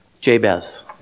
Jabez